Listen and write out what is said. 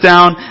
down